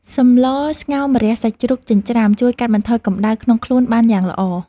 សម្លស្ងោរម្រះសាច់ជ្រូកចិញ្ច្រាំ ជួយកាត់បន្ថយកំដៅក្នុងខ្លួនបានយ៉ាងល្អ។